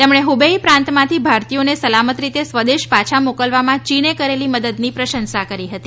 તેમણે ઠૂબેઈ પ્રાંતમાંથી ભારતીયોને સલામત રીતે સ્વદેશ પાછા મોકલવામાં ચીને કરેલી મદદની પ્રશંસા કરી હતી